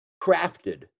crafted